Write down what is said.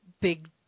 big